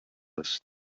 است